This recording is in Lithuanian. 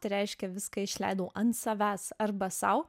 tai reiškia viską išleidau ant savęs arba sau